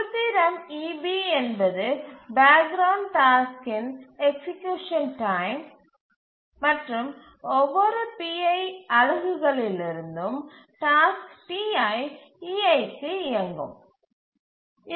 சூத்திரம் eB என்பது background டாஸ்க்கின் எக்சீக்யூசன் டைம் மற்றும் ஒவ்வொரு முறையும் டாஸ்க் ei ti செயல்படுத்தும் போது அது ei க்கு இயங்கும் மற்றும் ஒவ்வொரு pi அலகுகளிலிருந்தும் டாஸ்க் ti ei க்கு இயக்கும்